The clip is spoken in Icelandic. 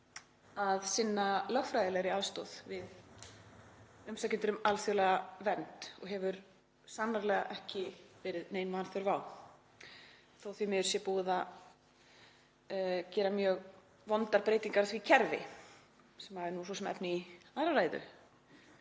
að sinna lögfræðilegri aðstoð við umsækjendur um alþjóðlega vernd og hefur sannarlega ekki verið nein vanþörf á þó að því miður sé búð að gera mjög vondar breytingar á því kerfi, sem er svo sem efni í aðra ræðu.